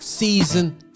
season